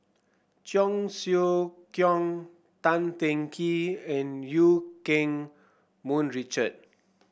Cheong Siew Keong Tan Teng Kee and Eu Keng Mun Richard